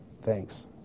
Thanks